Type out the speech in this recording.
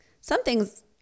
something's